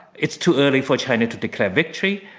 it's too early for china to declare victory.